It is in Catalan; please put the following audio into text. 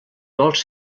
vols